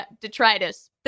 detritus